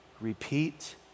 repeat